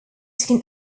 can